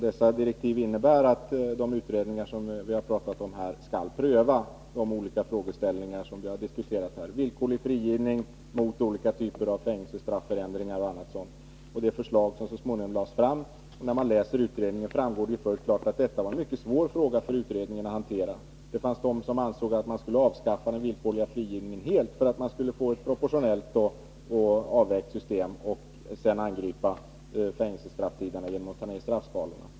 Dessa direktiv innebär att de utredningar som vi talat om här skall pröva olika frågeställningar: villkorlig frigivning, olika typer av fängelsestrafförändringar och annat sådant. Av utredningens förslag framgår att detta var en mycket svår fråga för utredningen att hantera. Det fanns de som ansåg att man skulle avskaffa den villkorliga frigivningen helt för att man skulle få ett proportionellt och avvägt system, och sedan angripa fängelsestraffsidan genom att ta ned straffskalorna.